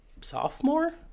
sophomore